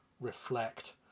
reflect